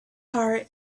heart